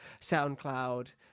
soundcloud